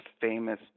famous